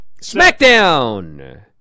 Smackdown